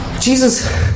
Jesus